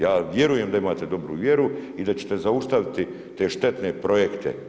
Ja vjerujem da imate dobru vjeru i da ćete zaustaviti te štetne projekte.